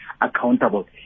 accountable